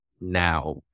now